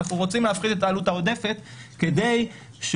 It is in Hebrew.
אנחנו רוצים להפחית את העלות העודפת כדי שאותה